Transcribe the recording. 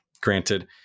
Granted